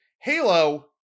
Halo